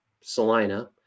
Salina